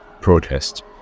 protest